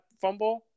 fumble